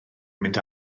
mynd